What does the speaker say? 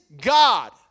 God